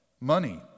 money